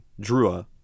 Drua